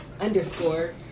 underscore